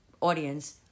audience